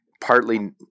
partly